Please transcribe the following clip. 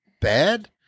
bad